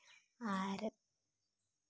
ᱟᱨ